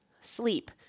sleep